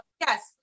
yes